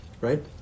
right